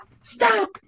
Stop